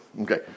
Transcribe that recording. Okay